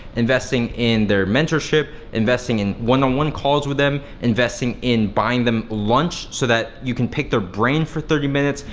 investing in their mentorship, investing in one on one calls with them, investing in buying them lunch so that you can pick their brain for thirty minutes,